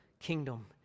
kingdom